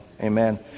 Amen